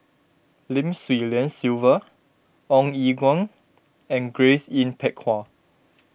Lim Swee Lian Sylvia Ong Eng Guan and Grace Yin Peck Ha